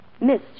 Miss